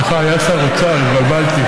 שלפני ארבעה ימים מלאה שנה להתפטרות שלה,